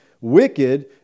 wicked